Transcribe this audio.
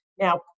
now